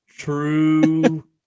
True